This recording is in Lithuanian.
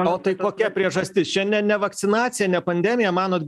o tai kokia priežastis čia ne ne vakcinacija ne pandemija manot